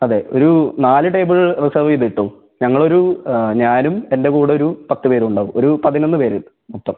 അതെ ഒരു നാല് ടേബിൾ റിസേർവ് ചെയ്തിട്ടോ ഞങ്ങളൊരു ഞാനും എൻ്റെ കൂടെ ഒരു പത്ത് പേർ ഉണ്ടാവും ഒരു പതിനൊന്ന് പേർ മൊത്തം